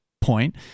point